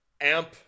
Amp